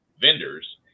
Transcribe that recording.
vendors